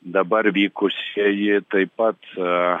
dabar vykusieji taip pat